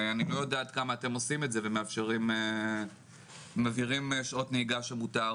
אני לא יודע עם כמה אתם עושים את זה ומבהירים את שעות הנהיגה שמותר,